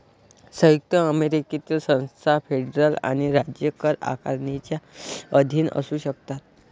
संयुक्त अमेरिकेतील संस्था फेडरल आणि राज्य कर आकारणीच्या अधीन असू शकतात